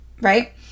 right